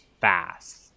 fast